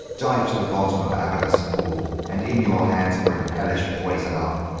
dive to the bottom of avernus' pool, and in your hands bring hellish poison up,